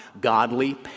godly